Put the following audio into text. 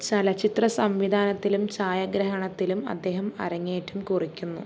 ചലച്ചിത്ര സംവിധാനത്തിലും ഛായാഗ്രഹണത്തിലും അദ്ദേഹം അരങ്ങേറ്റം കുറിക്കുന്നു